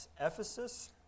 Ephesus